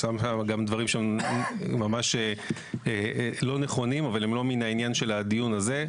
הוא אמר שם דברים שהם ממש לא נכונים אבל הם לא מן העניין של הדיון הזה.